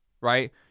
right